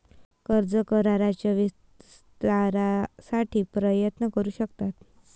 कर्ज कराराच्या विस्तारासाठी प्रयत्न करू शकतात